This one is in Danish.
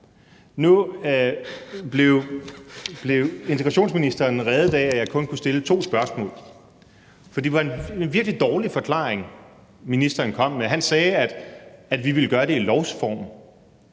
Nu blev integrationsministeren reddet af, at jeg kun kunne stille to spørgsmål. For det var en virkelig dårlig forklaring, ministeren kom med. Han sagde, at vi ville gøre det i en lovform.